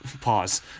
Pause